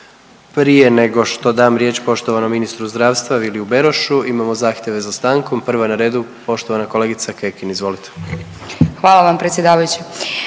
Prije nego što dam riječ poštovanom ministru zdravstva Viliju Berošu imamo zahtjeve za stankom, prva na redu poštovana kolegica Kekin, izvolite. **Kekin, Ivana